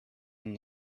and